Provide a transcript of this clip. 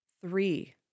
Three